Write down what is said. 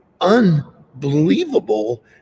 unbelievable